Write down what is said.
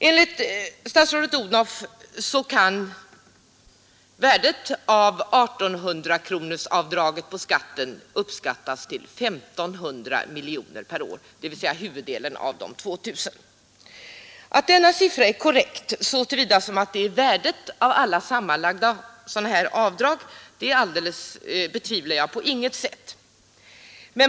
Enligt statsrådet Odhnoff kan värdet av 1 800-kronorsavdraget på skatten beräknas till 1 500 miljoner per år, dvs. huvuddelen av de 2 000 miljonerna. Att denna siffra är korrekt så till vida att den anger värdet av alla samlade sådana avdrag betvivlar jag på inget sätt.